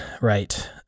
Right